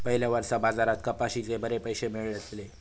पयल्या वर्सा बाजारात कपाशीचे बरे पैशे मेळलले